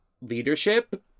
Leadership